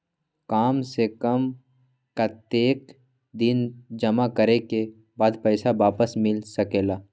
काम से कम कतेक दिन जमा करें के बाद पैसा वापस मिल सकेला?